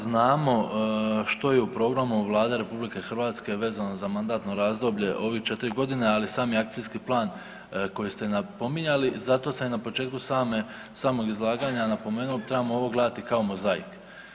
Znamo što je u programu Vlade RH vezano za mandatno razdoblje ove četiri godine, ali i sami akcijski plan koji ste napominjali, zato sam na početku samog izlaganja napomenuo da trebamo ovo gledati kao mozaik.